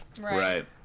Right